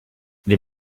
they